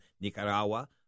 Nicaragua